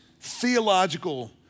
theological